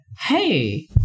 Hey